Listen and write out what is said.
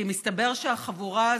כי מסתבר שהחבורה הזאת,